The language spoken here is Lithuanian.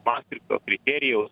mastrichto kriterijaus